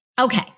Okay